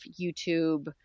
YouTube